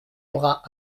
bras